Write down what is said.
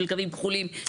של קווים כחולים,